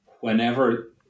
whenever